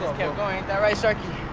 going. ain't that right sharkey?